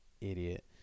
idiot